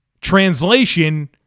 Translation